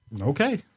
Okay